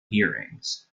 hearings